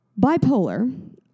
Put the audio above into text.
bipolar